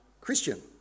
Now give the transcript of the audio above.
Christian